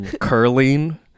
Curling